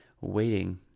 waiting